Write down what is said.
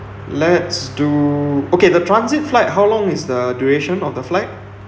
let's do okay the transit flight how long is the duration of the flight